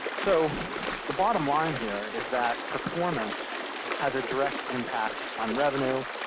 so the bottom line here is that performance has a direct impact on revenue.